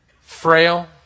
frail